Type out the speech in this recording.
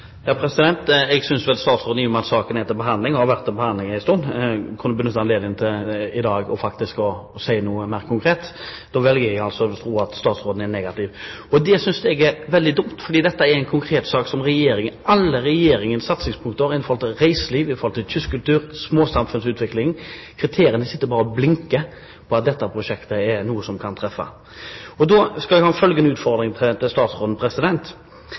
Jeg synes vel at statsråden, i og med at saken er til behandling, og har vært til behandling en stund, kunne benytte anledningen i dag til å si noe mer konkret. Da velger jeg å tro at statsråden er negativ. Det synes jeg er veldig dumt, fordi dette er en konkret sak der en har alle satsingspunktene til regjeringen i forhold til reiseliv, kystkultur og småsamfunnsutvikling – kriteriene står bare og blinker på at dette prosjektet er noe som kan treffe. Da har jeg følgende utfordring til statsråden